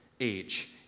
age